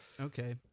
Okay